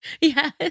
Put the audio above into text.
Yes